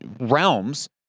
realms